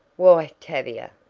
why, tavia!